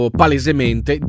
palesemente